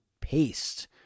paste